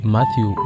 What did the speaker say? Matthew